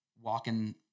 walking